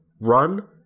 run